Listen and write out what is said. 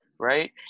Right